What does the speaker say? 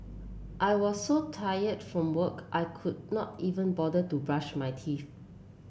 I was so tired from work I could not even bother to brush my teeth